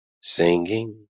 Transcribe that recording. singing